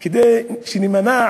כדי שנימנע